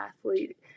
athlete